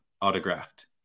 autographed